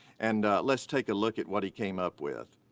and let's take a look at what he came up with.